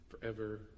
forever